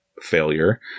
failure